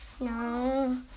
No